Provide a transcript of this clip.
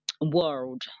world